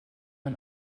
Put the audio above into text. man